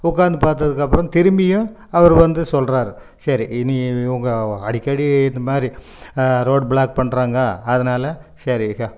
உட்காந்து பார்த்ததுக்கு அப்புறம் திரும்பியும் அவர் வந்து சொல்றார் சரி இனி இவங்க அடிக்கடி இது மாதிரி ரோட் பிளாக் பண்ணுறாங்க அதனால சரி